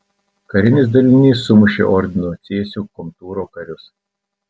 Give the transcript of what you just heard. karinis dalinys sumušė ordino cėsių komtūro karius